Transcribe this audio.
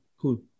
cool